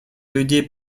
людей